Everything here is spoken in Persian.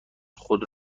خود